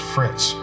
Fritz